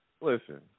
listen